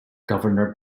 governor